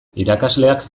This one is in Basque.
irakasleak